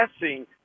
guessing